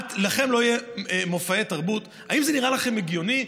לכם לא יהיו מופעי תרבות, האם זה נראה לכם הגיוני?